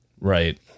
Right